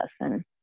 lesson